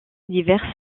diverses